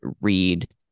read